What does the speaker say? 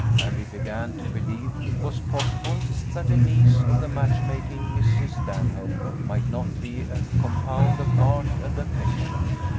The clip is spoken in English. and he began to believe it was possible that a niece of the match-making mrs. stanhope might not be a compound of art and affectation.